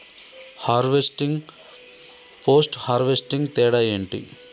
Harvesting, post harvesting తేడా ఏంటి?